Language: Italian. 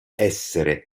essere